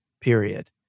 period